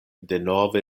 denove